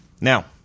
Now